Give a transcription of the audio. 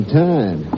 time